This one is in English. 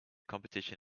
competition